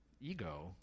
ego